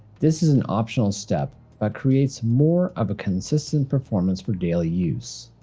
this is an optional step that creates more of a consistent performance for daily use.